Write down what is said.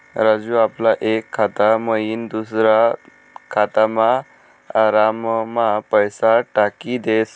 राजू आपला एक खाता मयीन दुसरा खातामा आराममा पैसा टाकी देस